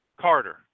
Carter